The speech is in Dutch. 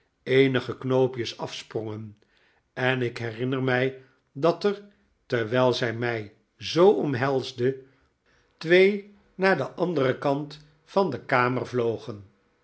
eenige knoopjes afsprongen en ik herinner mij dat er terwijl zij mij zoo omhelsde twee naar den anderen kant van de kamer vlogen